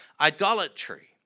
idolatry